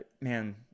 man